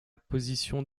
positions